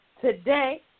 today